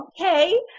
okay